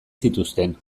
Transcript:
zituzten